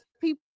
people